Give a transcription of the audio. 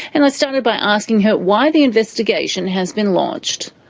and i started by asking her why the investigation has been launched.